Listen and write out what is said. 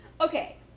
okay